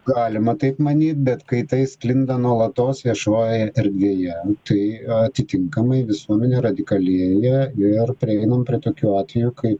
galima taip manyt bet kai tai sklinda nuolatos viešojoj erdvėje tai atitinkamai visuomenė radikalėja ir prieinam prie tokių atvejų kai